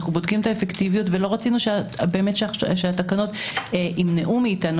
בודקים את האפקטיביות ולא רצינו שהתקנות ימנעו מאתנו